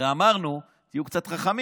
אמרנו: תהיו קצת חכמים,